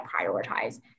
prioritize